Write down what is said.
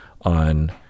on